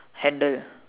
handle